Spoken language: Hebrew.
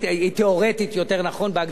יותר נכון שהיא תיאורטית בהגדרה המשפטית,